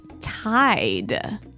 tied